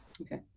Okay